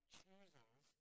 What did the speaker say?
chooses